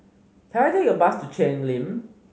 can I take a bus to Cheng Lim